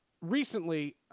Recently